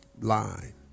line